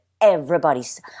Everybody's